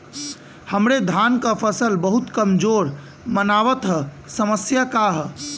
हमरे धान क फसल बहुत कमजोर मनावत ह समस्या का ह?